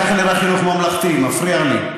ככה נראה חינוך ממלכתי, מפריע לי.